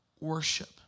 worship